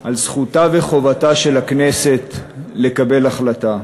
על זכותה וחובתה של הכנסת לקבל החלטה.